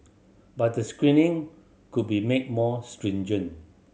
but the screening could be made more stringent